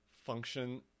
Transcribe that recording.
function